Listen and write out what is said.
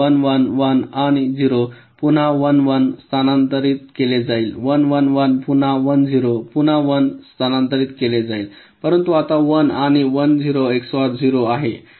तर 1 1 1 आणि 0 पुन्हा 1 1 स्थानांतरित केले जाईल 1 1 1 पुन्हा 1 0 पुन्हा 1 स्थानांतरित केले जाईल परंतु आता 1 आणि 1 0 XOR 0 आहे